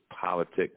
politics